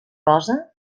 rosa